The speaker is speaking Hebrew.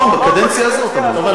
נכון, בקדנציה הזאת, אמרתי.